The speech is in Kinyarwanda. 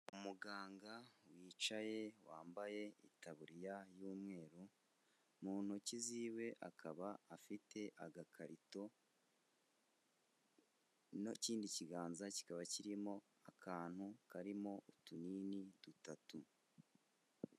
Umuganga wicaye wambaye itaburiya y'umweru mu ntoki ziwe akaba afite agakarito n'ikindi kiganza kikaba kirimo akantu karimo utunini dutatu.